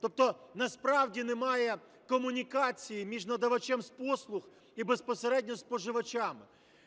Тобто насправді немає комунікації між надавачем послуг і безпосередньо споживачами.